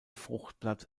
fruchtblatt